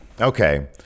Okay